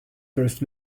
first